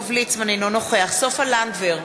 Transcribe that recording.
אינו נוכח סופה לנדבר,